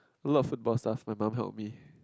lots of football stuff my mum help me